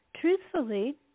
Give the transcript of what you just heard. truthfully